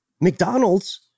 McDonald's